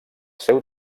seu